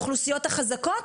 האוכלוסיות החזקות?